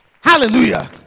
Hallelujah